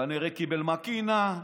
כנראה קיבל מקינה,